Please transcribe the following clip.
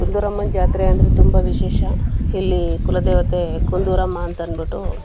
ಕುಂದೂರಮ್ಮನ ಜಾತ್ರೆ ಅಂದರೆ ತುಂಬ ವಿಶೇಷ ಇಲ್ಲಿ ಕುಲದೇವತೆ ಕುಂದೂರಮ್ಮ ಅಂತಂದ್ಬಿಟ್ಟು